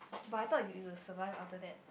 but I thought you will survive after that